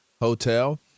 Hotel